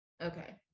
Okay